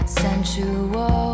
sensual